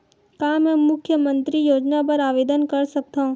का मैं मुख्यमंतरी योजना बर आवेदन कर सकथव?